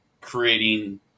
creating